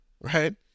Right